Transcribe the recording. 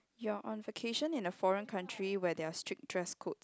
your on vacation in a foreign country where they are strict dress code